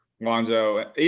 Lonzo